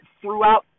throughout